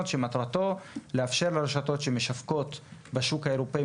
שמטרתו לאפשר לרשתות שמשווקות מוצרים בשוק האירופי,